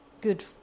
good